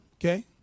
okay